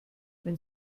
wenn